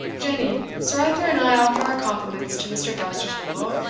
jenny, sir arthur and i offer our compliments to mr. dousterswivel,